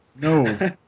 no